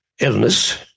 illness